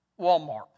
Walmart